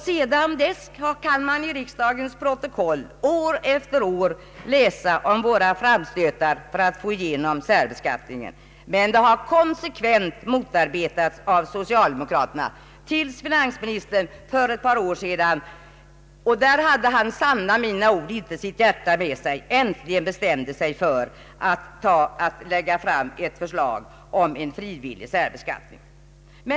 Sedan dess kan man i riksdagens protokoll år efter år läsa om våra framstötar för att få igenom särbeskattningen. Men vi har konsekvent motarbetats av socialdemokraterna, till dess finansministern för ett par år sedan — och då hade han, sanna mina ord, inte sitt hjärta med sig — äntligen bestämde sig för att lägga fram ett förslag om frivillig särbeskattning.